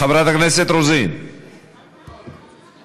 חברת הכנסת רוזין, די.